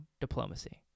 diplomacy